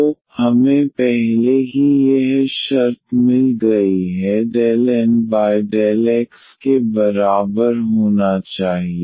तो हमें पहले ही यह शर्त मिल गई है ∂N∂x के बराबर होना चाहिए